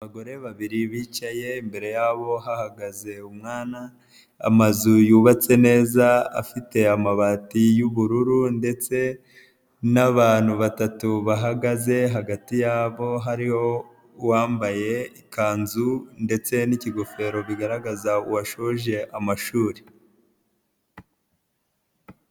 Abagore babiri bicaye, imbere yabo hahagaze umwana, amazu yubatse neza afite amabati y'ubururu ndetse n'abantu batatu bahagaze, hagati yabo hariho uwambaye ikanzu ndetse n'ikigofero bigaragaza uwashoje amashuri.